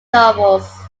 novels